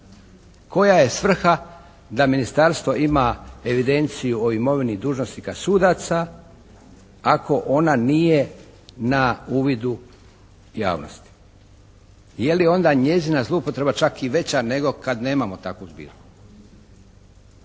Koja je svrha da ministarstvo ima evidenciju o imovini dužnosnika sudaca ako ona nije na uvidu javnosti? Je li onda njezina zloupotreba čak i veća nego kad nemamo takvu zbirku?